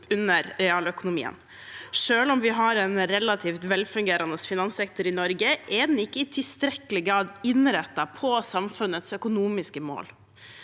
under realøkonomien. Selv om vi har en relativt velfungerende finanssektor i Norge, er den ikke i tilstrekkelig grad innrettet mot samfunnets økonomiske mål.